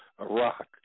Iraq